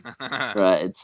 Right